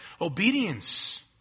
obedience